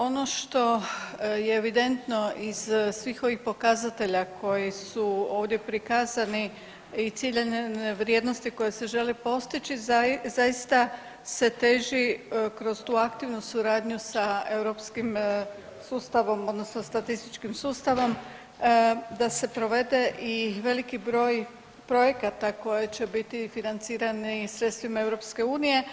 Ono što je evidentno iz svih ovih pokazatelja koji su ovdje prikazani i ciljane vrijednosti koje se žele postići zaista se teži kroz tu aktivnu suradnju sa europskim sustavom odnosno statističkim sustavom da se provede i veliki broj projekata koje će biti financirani sredstvima EU.